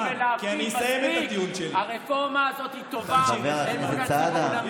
אני רוצה להסביר לכם משהו: אם חוות דעת של יועמ"ש בדבל"א בפרקליטות